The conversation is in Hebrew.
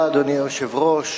אדוני היושב-ראש,